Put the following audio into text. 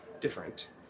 different